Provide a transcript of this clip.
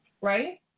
Right